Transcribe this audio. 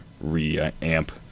re-amp